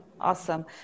Awesome